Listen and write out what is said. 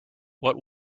what